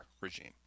regime